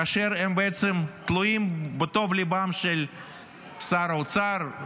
כאשר הם בעצם תלויים בטוב ליבם של שר האוצר,